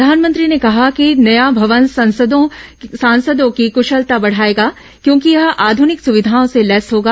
प्रधानमंत्री ने कहा कि नया भवन सांसदों की कुशलता बढ़ाएगा क्योंकि यह आधुनिक सुविधाओं से लैस होगा